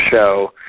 show